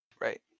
Right